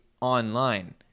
online